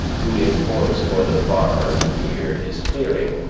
who imports for the farmers near his clearing,